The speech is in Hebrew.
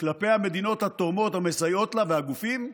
כלפי המדינות התורמות המסייעות לה והגופים,